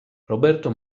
roberto